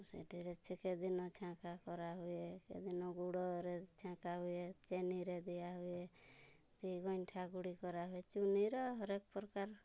ସେଥିରେ ଛେକେ ଦିନେ ଛାଙ୍କା କରା ହୁଏ କେ ଦିନ ଗୁଡ଼ରେ ଛାଙ୍କା ହୁଏ ଚିନିରେ ଦିଆ ହୁଏ ଗଇଁଠା ଗୁଡ଼ି କରାହୁଏ ଚୁନିର ହର ଏକ ପ୍ରକାର